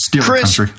Chris